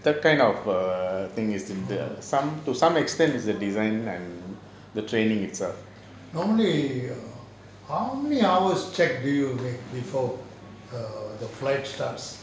how many hours check do you make before err the flight starts